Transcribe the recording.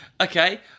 okay